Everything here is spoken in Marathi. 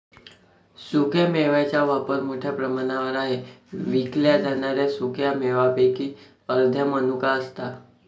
सुक्या मेव्यांचा वापर मोठ्या प्रमाणावर आहे विकल्या जाणाऱ्या सुका मेव्यांपैकी अर्ध्या मनुका असतात